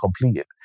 completed